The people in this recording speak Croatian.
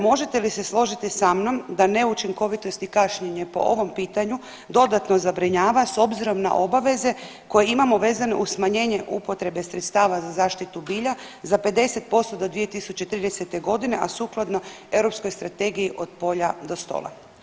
Možete li se složiti sa mnom da neučinkovitost i kašnjenje po ovom pitanju dodatno zabrinjava s obzirom na obaveze koje imamo vezane uz smanjenje upotrebe sredstava za zaštitu bilja za 50% do 2030.g., a sukladno Europskoj strategiji Od polja do stola?